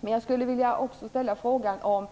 Men jag vill också ställa frågan om